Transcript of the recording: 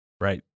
right